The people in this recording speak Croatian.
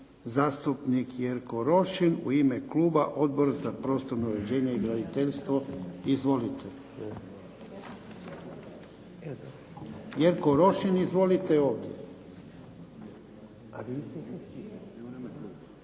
zastupnik Jerko Rošin u ime kluba Odbor za prostorno uređenje i graditeljstvo. Izvolite. .../Upadica se ne